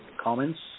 comments